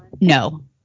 No